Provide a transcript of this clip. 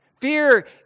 Fear